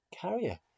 carrier